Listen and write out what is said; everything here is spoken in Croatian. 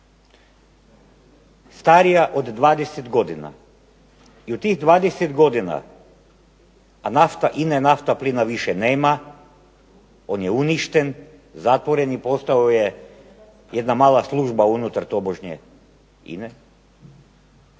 starija od 20 godina i u tih 20 godina nafta, INA naftaplina više nema, on je uništen, zatvoren i postao je jedna mala služba unutar tobožnje INA-e,